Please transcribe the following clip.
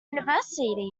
university